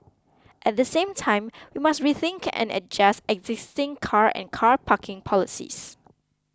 at the same time we must rethink and adjust existing car and car parking policies